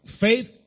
faith